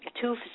two